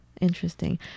Interesting